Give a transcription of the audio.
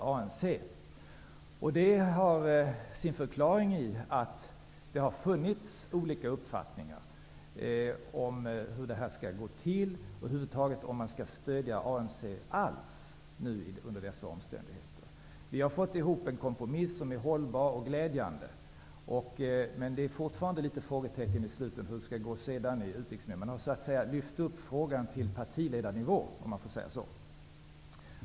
Det här har sin förklaring i att det har funnits olika uppfattningar om hur stödet skall ges och om ANC över huvud taget skall stödjas under dessa omständigheter. Vi har skapat en kompromiss som är hållbar och glädjande. Men det återstår fortfarande frågetecken om hur det skall gå i Utrikesnämnden. Men nu har frågan lyfts upp till partiledarnivå.